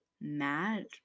mad